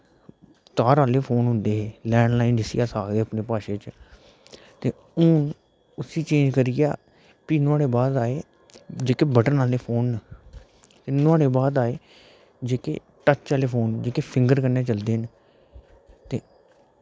तार आह्ले फोन होंदे हे लैंडलाईन आखदे जिसी अस अपनी भाशा च ते हून उसी चेंज़ करियै भी नुहाड़ै बाद आए बटन आह्ले फोन न नुहाड़ै बाद आए जेह्के टच आह्ले फोन जेह्के फिंगर कन्नै चलदे न ते